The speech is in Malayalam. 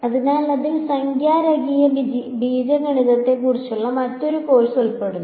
അതിനാൽ അതിൽ സംഖ്യാ രേഖീയ ബീജഗണിതത്തെക്കുറിച്ചുള്ള മറ്റൊരു കോഴ്സ് ഉൾപ്പെടുന്നു